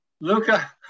Luca